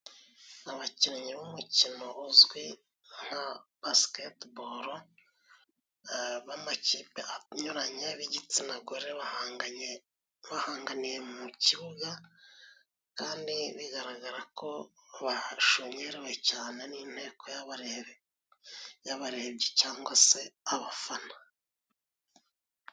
Abakinnyi b'umukino uzwi nka basiketibolo b'amakipe anyuranya b'igitsina gore, bahanganye bahanganiye mu kibuga kandi bigaragara ko bashungerewe cyane n'inteko y'abarebyi cyangwa se abafana.